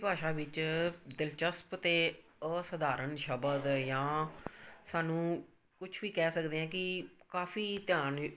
ਭਾਸ਼ਾ ਵਿੱਚ ਦਿਲਚਸਪ ਅਤੇ ਅਸਧਾਰਨ ਸ਼ਬਦ ਜਾਂ ਸਾਨੂੰ ਕੁਛ ਵੀ ਕਹਿ ਸਕਦੇ ਹਾਂ ਕਿ ਕਾਫੀ ਧਿਆਨ